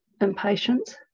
impatience